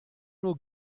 nur